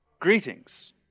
greetings